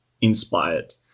inspired